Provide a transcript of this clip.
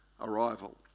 arrival